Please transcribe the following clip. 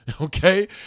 Okay